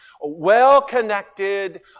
well-connected